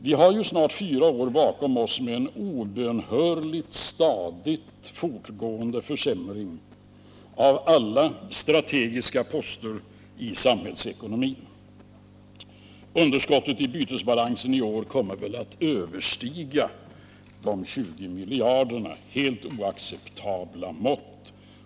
Vi har snart fyra år bakom oss med en obönhörlig, stadigt fortgående försämring av alla strategiska poster i samhällsekonomin. Underskottet i bytesbalansen i år kommer väl att överstiga de 20 miljarderna — helt oacceptabla mått.